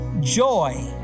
joy